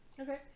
Okay